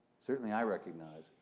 certainly i recognize,